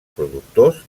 productors